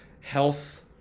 health